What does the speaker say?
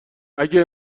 اگه